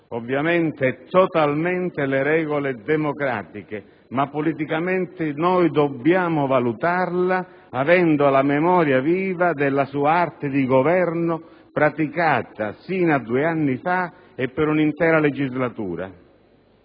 ovviamente e totalmente, le regole democratiche, ma politicamente noi dobbiamo valutarla avendo la memoria viva della sua arte di governo praticata sino a due anni fa e per un'intera legislatura.